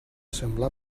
semblar